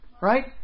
Right